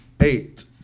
eight